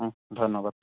ধন্যবাদ